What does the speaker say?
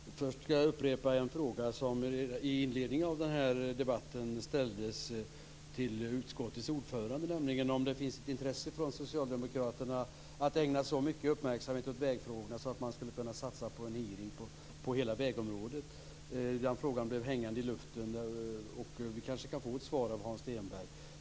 Fru talman! Först ska jag upprepa en fråga som i inledningen av debatten ställdes till utskottets ordförande, nämligen om det finns ett intresse från socialdemokraterna att ägna så mycket uppmärksamhet åt vägfrågorna att man skulle kunna satsa på en hearing om hela vägområdet. Den frågan blev hängande i luften. Vi kanske kan få ett svar av Hans Stenberg.